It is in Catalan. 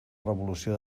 revolució